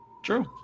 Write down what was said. True